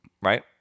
right